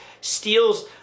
steals